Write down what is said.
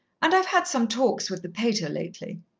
and i've had some talks with the pater lately.